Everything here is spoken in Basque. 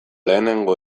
lehenengo